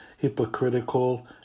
Hypocritical